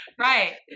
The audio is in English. Right